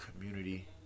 community